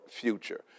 future